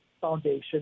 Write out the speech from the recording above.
Foundation